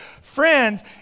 Friends